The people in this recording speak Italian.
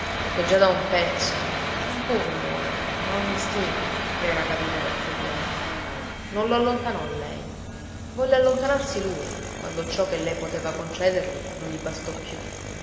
perché già da un pezzo non pur l'amore ma ogni stima le era caduta per quell'uomo non lo allontanò lei volle allontanarsi lui quando ciò che lei poteva concedergli non gli bastò più